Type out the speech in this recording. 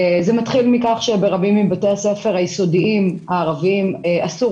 זה מתחיל מכך שברבים מבתי הספר היסודיים הערביים אסור